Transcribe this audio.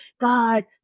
God